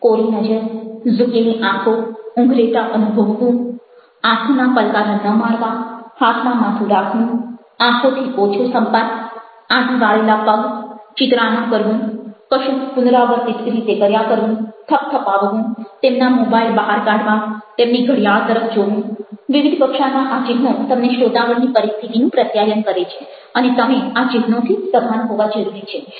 કોરી નજર ઝૂકેલી આંખો ઉંઘરેટા અનુભવવું આંખોના પલકારા ન મારવા હાથમાં માથું રાખવું આંખોથી ઓછો સંપર્ક આંટી વાળેલા પગ ચિતરામણ કરવું કશુંક પુનરાવર્તિત રીતે કર્યા કરવું થપથપાવવું તેમના મોબાઈલ બહાર કાઢવા તેમની ઘડિયાળ તરફ જોવું વિવિધ કક્ષાના આ ચિહ્નો તમને શ્રોતાગણની પરિસ્થિતિનું પ્રત્યાયન કરે છે અને તમે આ ચિહ્નોથી સભાન હોવા જરૂરી છે